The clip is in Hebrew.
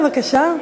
בבקשה.